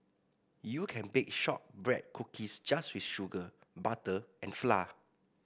you can bake shortbread cookies just with sugar butter and flour